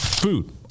Food